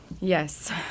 Yes